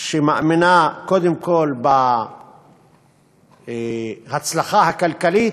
שמאמינה קודם כול בהצלחה הכלכלית,